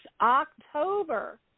October